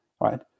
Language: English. right